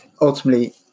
ultimately